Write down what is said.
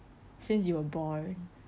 since you were born